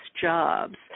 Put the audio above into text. jobs